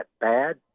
bad